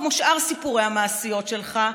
כמו שאר סיפורי המעשיות שלך,